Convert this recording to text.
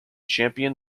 champion